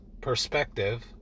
perspective